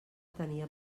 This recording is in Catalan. tenia